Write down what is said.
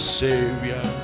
savior